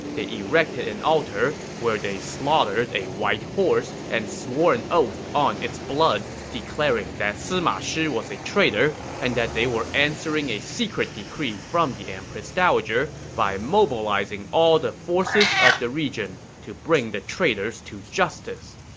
they erected an altar, where they slaughtered a white horse and swore an oath on its blood, declaring that sima shi was a traitor and that they were answering a secret decree from the empress dowager by mobilizing all the forces of the region to bring the traitors to justice.